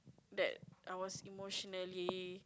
that I was emotionally